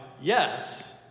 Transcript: yes